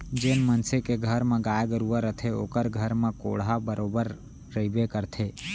जेन मनसे के घर म गाय गरूवा रथे ओकर घर म कोंढ़ा बरोबर रइबे करथे